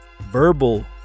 verbal